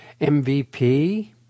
MVP